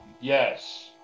Yes